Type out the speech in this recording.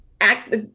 act